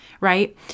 right